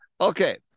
Okay